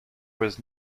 was